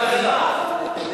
כלכלה.